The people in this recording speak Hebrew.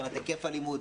מבחינת היקף הלימוד.